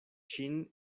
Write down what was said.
ŝin